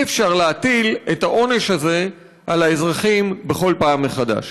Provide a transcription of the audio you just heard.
אי-אפשר להטיל את העונש הזה על האזרחים בכל פעם מחדש.